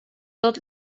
tot